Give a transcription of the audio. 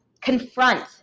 confront